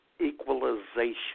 equalization